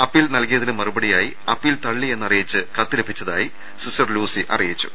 appeal നൽകിയതിന് മറുപടിയായി appeal തള്ളി എന്നറിയിച്ച് കത്ത് ലഭിച്ചതായി സിസ്റ്റർ ലൂസി കളപ്പുര അറിയിച്ചു